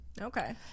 Okay